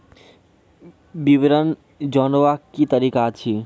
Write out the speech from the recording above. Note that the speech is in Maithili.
विवरण जानवाक की तरीका अछि?